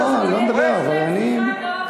לא, אני לא מדבר, עבריינים הם לא עבריינים,